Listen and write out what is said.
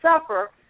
suffer